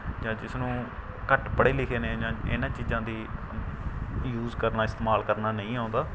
ਜਾਂ ਜਿਸਨੂੰ ਘੱਟ ਪੜ੍ਹੇ ਲਿਖੇ ਨੇ ਜਾਂ ਇਨ੍ਹਾਂ ਚੀਜ਼ਾਂ ਦੀ ਯੂਜ ਕਰਨਾ ਇਸਤੇਮਾਲ ਕਰਨਾ ਨਹੀਂ ਆਉਂਦਾ